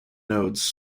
nodes